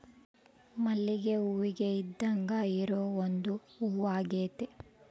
ಮಲ್ಲಿಗೆ ಹೂವಿಗೆ ಇದ್ದಾಂಗ ಇರೊ ಒಂದು ಹೂವಾಗೆತೆ